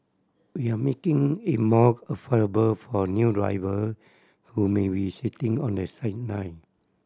we are making it more affordable for new driver who may be sitting on the sideline